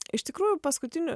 iš tikrųjų paskutiniu